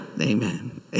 Amen